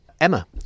Emma